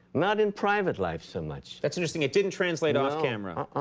not in private life so much. that's interesting, it didn't translate off camera?